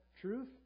truth